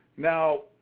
now,